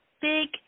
big